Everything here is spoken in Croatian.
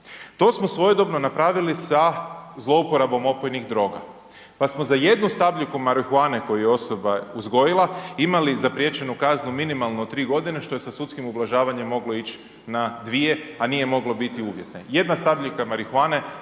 To smo svojedobno napravili sa zlouporabom opojnih droga pa smo za jednu stabljiku marihuane koju je osoba uzgojila imali zapriječenu kaznu minimalno 3 godine što je sa sudskim ublažavanjem moglo ići na 2, a nije moglo biti uvjetne. Jedna stabljika marihuane,